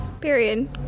Period